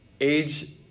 age